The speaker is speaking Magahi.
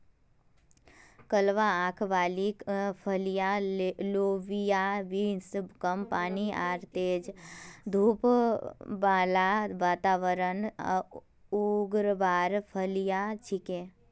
कलवा आंख वाली फलियाँ लोबिया बींस कम पानी आर तेज धूप बाला वातावरणत उगवार फलियां छिके